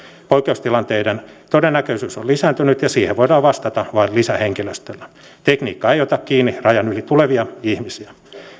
poikkeustilanteiden todennäköisyys on lisääntynyt ja siihen voidaan vastata vain lisähenkilöstöllä tekniikka ei ota kiinni rajan yli tulevia ihmisiä